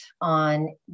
on